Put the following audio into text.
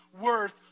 worth